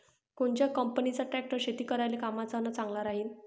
कोनच्या कंपनीचा ट्रॅक्टर शेती करायले कामाचे अन चांगला राहीनं?